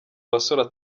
basore